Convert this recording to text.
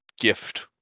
gift